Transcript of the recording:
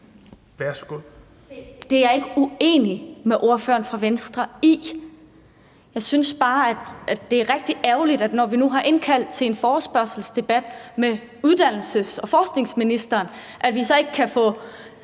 Det er jeg ikke uenig med ordføreren fra Venstre i. Jeg synes bare, at det er rigtig ærgerligt, at vi, når vi nu har indkaldt til en forespørgselsdebat med uddannelses- og forskningsministeren, så ikke kan få